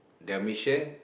their mission